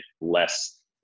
less